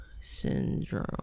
syndrome